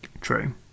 True